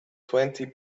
twenty